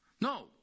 No